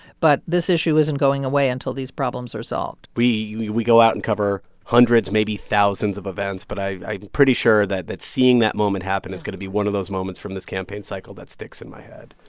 but this issue isn't going away until these problems are solved we we go out and cover hundreds, maybe thousands, of events. but i am pretty sure that that seeing that moment happen is going to be one of those moments from this campaign cycle that sticks in my head.